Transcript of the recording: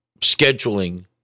scheduling